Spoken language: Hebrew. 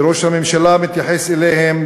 שראש הממשלה מתייחס אליהם,